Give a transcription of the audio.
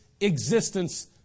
existence